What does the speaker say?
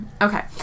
Okay